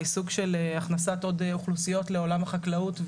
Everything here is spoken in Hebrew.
העיסוק של הכנסת עוד אוכלוסיות לעולם החקלאות,